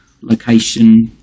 location